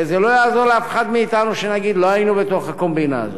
זה לא יעזור לאף אחד מאתנו שנגיד שלא היינו בתוך הקומבינה הזו.